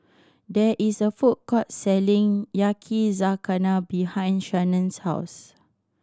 there is a food court selling Yakizakana behind Shanna's house